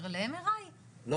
אלה